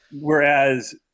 Whereas